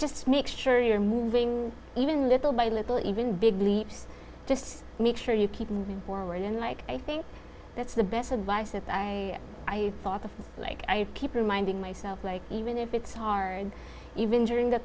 just make sure you're moving even little by little even big leaps just make sure you keep moving forward in like i think that's the best advice that i thought of like i keep reminding myself like even if it's hard even during th